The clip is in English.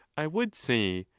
i would say,